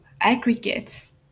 aggregates